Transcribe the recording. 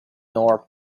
nor